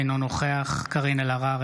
אינו נוכח קארין אלהרר,